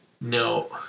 No